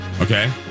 Okay